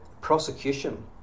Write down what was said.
prosecution